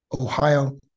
Ohio